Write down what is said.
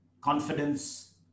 confidence